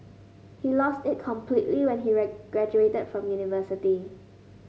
he lost it completely when he graduated from university